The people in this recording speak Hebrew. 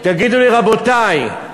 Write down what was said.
תגידו לי, רבותי: